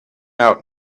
out